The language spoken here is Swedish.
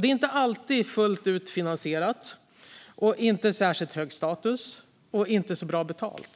Det är inte alltid fullt ut finansierat, har inte särskilt hög status och är inte så bra betalt.